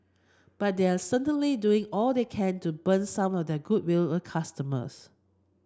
but they're certainly doing all they can to burn some of their goodwill with customers